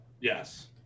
Yes